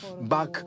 back